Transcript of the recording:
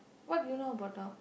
what do you know about dog